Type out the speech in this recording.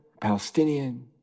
Palestinian